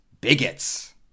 bigots